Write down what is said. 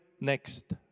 next